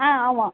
ஆ ஆமாம்